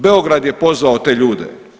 Beograd je pozvao te ljude.